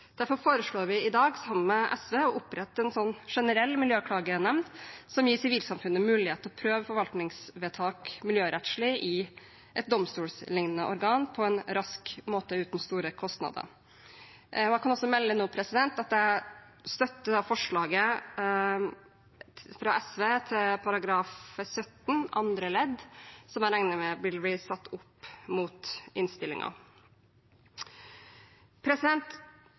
Derfor foreslår vi i dag, sammen med SV, å opprette en generell miljøklagenemnd som gir sivilsamfunnet mulighet til å prøve forvaltningsvedtak miljørettslig i et domstollignende organ på en rask måte og uten store kostnader. Jeg kan nå også melde at jeg støtter forslaget fra SV om § 17 andre ledd i naturmangfoldloven, som jeg regner med vil bli satt opp mot